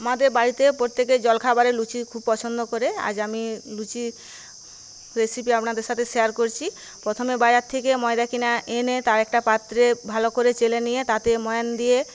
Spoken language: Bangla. আমাদের বাড়িতে প্রত্যেকের জলখাবারে লুচি খুব পছন্দ করে আজ আমি লুচি রেসিপি আপনাদের সাথে শেয়ার করছি প্রথমে বাজার থেকে ময়দা কিনে এনে তার একটা পাত্রে ভালো করে চেলে নিয়ে তাতে ময়ান দিয়ে